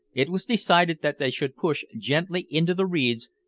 it was decided that they should push gently into the reeds,